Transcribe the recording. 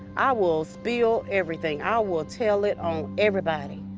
i will spill everything. i will tell it on everybody.